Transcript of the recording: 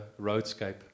roadscape